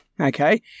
okay